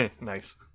Nice